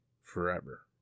forever